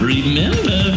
Remember